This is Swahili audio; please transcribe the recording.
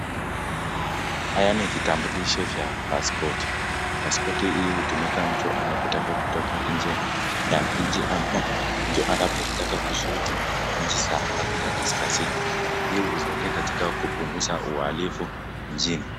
Haya ni vitambulisho vya pasipoti, paspoti hii hutumika mtu anapotaka kutoka nje ya nchi ama mtu anapotaka kuzuru nchi za katika kaskazini hii husaidia katika kupunguza uhalifu nchini.